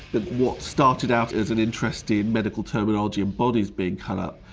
what started out as an interesting medical terminology of bodies being cut up,